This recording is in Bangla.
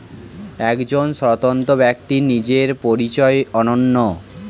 একজন স্বতন্ত্র ব্যক্তির নিজের পরিচয় অনন্য